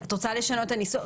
את רוצה לשנות את הניסוח?